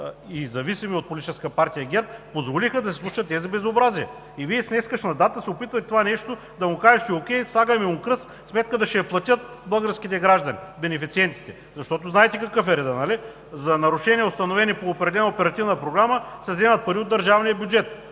зависими от Политическа партия ГЕРБ и позволиха да се случат тези безобразия. С днешна дата Вие се опитвате на това нещо да му кажете: „О'кейОкей, слагаме му кръст, сметката ще я платят българските граждани – бенефициентите.“ Знаете какъв е редът, нали?! За нарушения, установени по определена оперативна програма, се вземат пари от държавния бюджет.